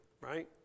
right